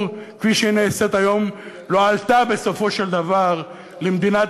כפי שהוא נעשה היום לא עלה בסופו של דבר למדינת